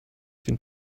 den